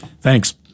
Thanks